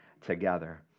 together